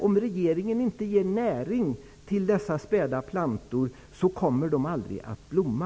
Om regeringen inte ger dessa späda plantor näring kommer de aldrig att blomma.